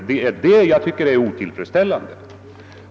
Det är detta som jag finner otillfredsställande.